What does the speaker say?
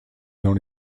dans